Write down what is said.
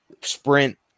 sprint